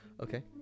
Okay